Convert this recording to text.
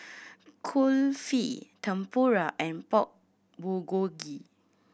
Kulfi Tempura and Pork Bulgogi